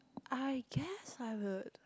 I guess I would